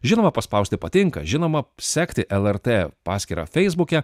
žinoma paspausti patinka žinoma sekti lrt paskyrą feisbuke